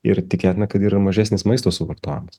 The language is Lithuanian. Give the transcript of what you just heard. ir tikėtina kad yra mažesnis maisto suvartojimas